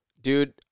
Dude